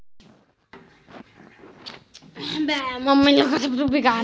वर्तमान मूल्य क तुलना करे खातिर समय आउर तारीख सुसंगत होना चाही